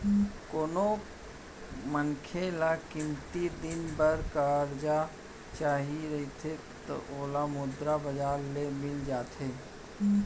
कोनो मनखे ल कमती दिन बर करजा चाही रहिथे त ओला मुद्रा बजार ले मिल जाथे